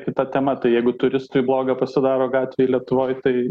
kita tema tai jeigu turistui bloga pasidaro gatvėje lietuvoj tai